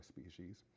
species